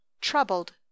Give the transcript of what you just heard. troubled